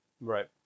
right